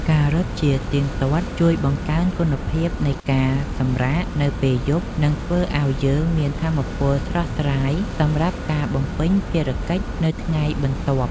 ការរត់ជាទៀងទាត់ជួយបង្កើនគុណភាពនៃការសម្រាកនៅពេលយប់ និងធ្វើឱ្យយើងមានថាមពលស្រស់ស្រាយសម្រាប់ការបំពេញភារកិច្ចនៅថ្ងៃបន្ទាប់។